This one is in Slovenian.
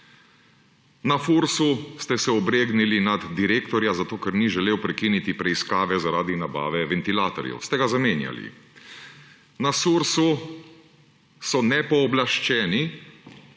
Na Fursu ste se obregnili nad direktorja, ker ni želel prekiniti preiskave zaradi nabave ventilatorjev, ste ga zamenjali. Na Sursu so nepooblaščeni,